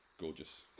gorgeous